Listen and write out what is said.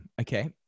okay